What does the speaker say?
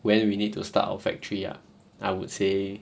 when we need to start our factory ah I would say